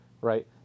Right